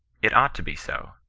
it ought to be so.